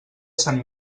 sant